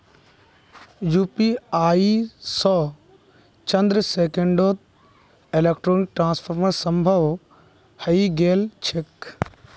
UPI स चंद सेकंड्सत इलेक्ट्रॉनिक ट्रांसफर संभव हई गेल छेक